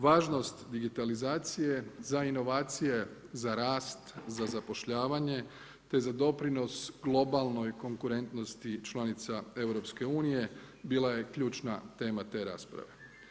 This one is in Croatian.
Važnost digitalizacije za inovacije, za rast, za zapošljavanje, te za doprinos globalnoj konkurentnosti članica EU, bila je ključna tema te rasprave.